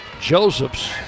Josephs